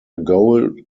goal